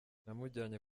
namujyanye